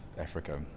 Africa